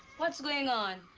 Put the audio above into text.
what's going on?